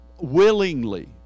willingly